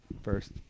first